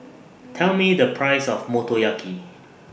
Tell Me The Price of Motoyaki